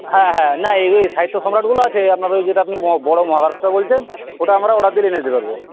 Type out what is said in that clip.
হ্যাঁ হ্যাঁ না এই এ সাহিত্য সম্রাটগুলো আছে আপনার ওই যেটা আপনি বড় মহাভারতটা বলছেন ওটা আমরা অর্ডার দিলে এনে দিতে পারব